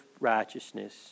righteousness